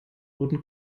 wurden